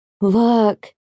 Look